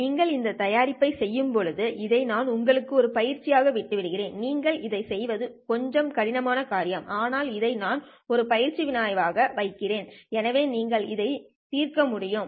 நீங்கள் இந்த தயாரிப்பைச் செய்யும்போது இதை நான் உங்களுக்கு ஒரு பயிற்சியாக விட்டுவிடுகிறேன் நீங்கள் இதைச் செய்வது ஒரு கொஞ்சம் கடினமான காரியம் ஆனால் இதை நான் ஒரு பயிற்சி வினா ஆக வைக்கிறேன் எனவே நீங்கள் இதை தீர்க்க முடியும்